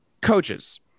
Coaches